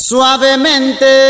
Suavemente